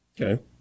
Okay